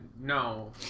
no